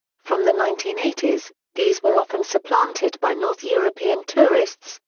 from the nineteen eighty s, these were often supplanted by north european tourists,